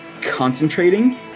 concentrating